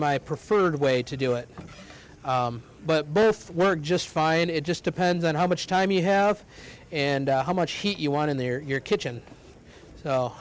my preferred way to do it but both work just fine it just depends on how much time you have and how much heat you want in there your kitchen